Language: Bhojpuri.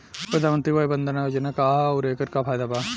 प्रधानमंत्री वय वन्दना योजना का ह आउर एकर का फायदा बा?